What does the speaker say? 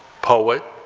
poet,